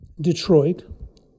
Detroit